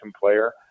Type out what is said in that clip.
player